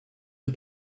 and